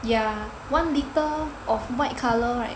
ya one litre of white colour right